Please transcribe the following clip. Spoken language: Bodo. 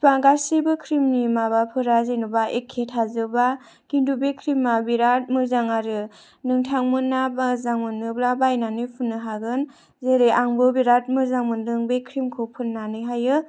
बिफां गासिबो ख्रिमनि माबाफोरा जेन'बा एखे थाजोबा खिन्थु बे ख्रिमा बिराद मोजां आरो नोंथांमोना मोजांमोनोब्ला बायनानै फुननो हागोन जेरै आंबो बिराद मोजां मोन्दों बे ख्रिमखौ फुननानैहायो